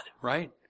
right